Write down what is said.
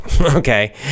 okay